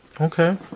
Okay